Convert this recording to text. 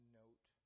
note